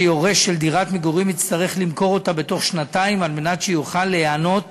יורש של דירת מגורים יצטרך למכור אותה בתוך שנתיים על מנת שיוכל ליהנות